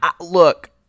look